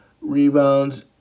rebounds